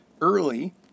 early